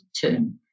term